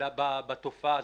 בתופעה הזאת.